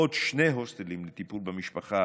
עוד שני הוסטלים לטיפול במשפחה